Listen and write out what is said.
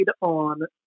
on